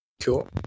Cool